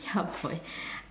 ya boy